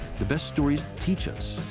the best stories teach us,